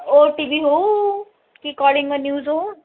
ଓ T V ହେଉ କି Kalinga news ହେଉ